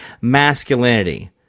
masculinity